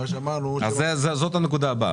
הרי אמרנו --- זאת הנקודה הבאה,